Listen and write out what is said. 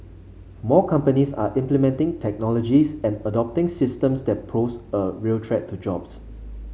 more companies are implementing technologies and adopting systems that pose a real threat to jobs